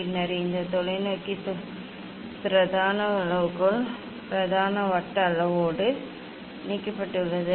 பின்னர் இந்த தொலைநோக்கி தொலைநோக்கி பிரதான அளவுகோல் பிரதான வட்ட அளவோடு இணைக்கப்பட்டுள்ளது